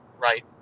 right